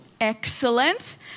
Excellent